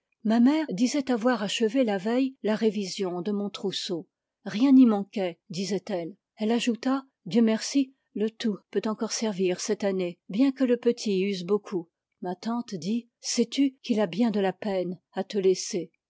ma mère disait avoir achevé la veille la révision de mon trousseau rien n'y manquait affirmait elle elle ajouta dieu merci te tout peut encore servir cette année bien que le petit use beaucoup ma tante dit sais-tu qu'il a bien de la peine à te laisser